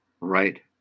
Right